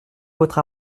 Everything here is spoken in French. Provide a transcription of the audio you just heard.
votre